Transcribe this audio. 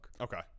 Okay